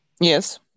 Yes